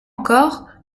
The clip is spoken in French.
encore